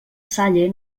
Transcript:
salle